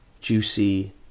Juicy